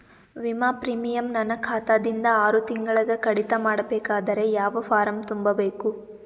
ವಿಮಾ ಪ್ರೀಮಿಯಂ ನನ್ನ ಖಾತಾ ದಿಂದ ಆರು ತಿಂಗಳಗೆ ಕಡಿತ ಮಾಡಬೇಕಾದರೆ ಯಾವ ಫಾರಂ ತುಂಬಬೇಕು?